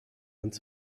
uns